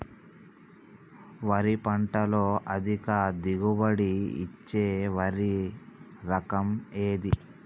వరి పంట లో అధిక దిగుబడి ఇచ్చే వరి రకం ఏది?